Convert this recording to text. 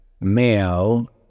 male